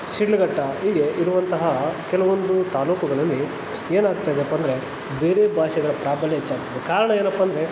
ಶಿಡ್ಲಘಟ್ಟ ಹೀಗೆ ಇರುವಂತಹ ಕೆಲವೊಂದು ತಾಲ್ಲೂಕುಗಳಲ್ಲಿ ಏನಾಗ್ತಾಯಿದೆಯಪ್ಪಾ ಅಂದರೆ ಬೇರೆ ಭಾಷೆಗಳ ಪ್ರಾಬಲ್ಯ ಹೆಚ್ಚಾಗ್ತಿದೆ ಕಾರಣ ಏನಪ್ಪಾಂದ್ರೆ